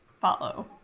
follow